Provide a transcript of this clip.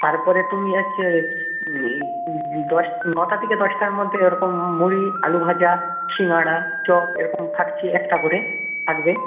তারপরে তুমি হচ্ছে দশ নয়টা থেকে দশটার মধ্যে এরকম মুড়ি আলুভাজা সিঙাড়া চপ এরকম থাকছেই একটা করে থাকবে